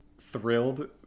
Thrilled